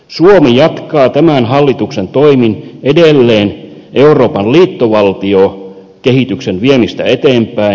suomi jatkaa tämän hallituksen toimin edelleen euroopan liittovaltiokehityksen viemistä eteenpäin